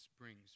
brings